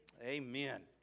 amen